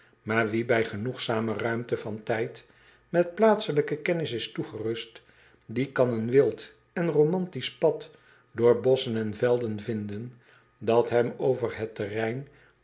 aar wie bij genoegzame ruimte van tijd met plaatselijke kennis is toegerust die kan een wild en romantisch pad door bosschen en velden vinden dat hem over het terrein